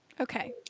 Okay